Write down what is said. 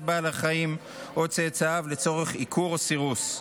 בעל החיים או צאצאיו לצורך עיקור או סירוס.